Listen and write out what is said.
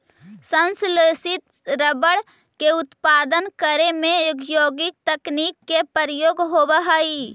संश्लेषित रबर के उत्पादन करे में औद्योगिक तकनीक के प्रयोग होवऽ हइ